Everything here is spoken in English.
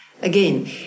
Again